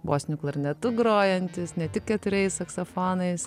bosiniu klarnetu grojantis ne tik keturiais saksofonais